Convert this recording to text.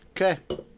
Okay